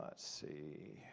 ah see.